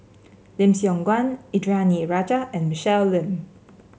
Lim Siong Guan Indranee Rajah and Michelle Lim